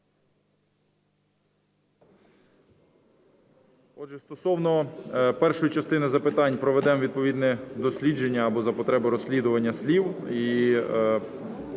Отже, стосовно першої частини запитань. Проведемо відповідне дослідження або за потреби розслідування слів,